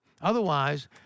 Otherwise